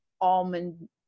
almond